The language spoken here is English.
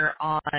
on